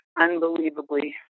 Unbelievably